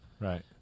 Right